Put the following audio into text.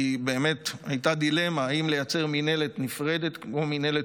באמת הייתה דילמה אם לייצר מינהלת נפרדת כמו מינהלת